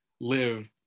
live